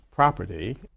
property